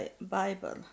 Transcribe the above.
Bible